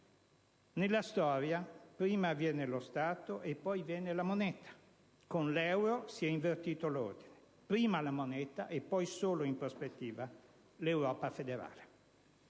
Nella storia, prima viene lo Stato e poi viene la moneta. Con l'euro si è invertito l'ordine: prima la moneta e poi, solo in prospettiva, l'Europa federale.